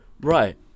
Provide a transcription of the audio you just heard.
right